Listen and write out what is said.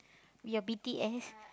you B_T_S